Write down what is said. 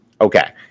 Okay